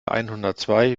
einhundertzwei